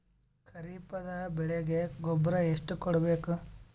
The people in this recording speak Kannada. ಖರೀಪದ ಬೆಳೆಗೆ ಗೊಬ್ಬರ ಎಷ್ಟು ಕೂಡಬೇಕು?